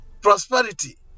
prosperity